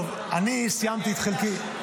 טוב, אני סיימתי את חלקי.